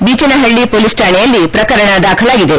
ಬೀಚನ ಹಳ್ಳಿ ಮೊಲೀಸ್ ರಾಣೆಯಲ್ಲಿ ಪ್ರಕರಣ ದಾಖಲಾಗಿದೆ